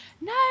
no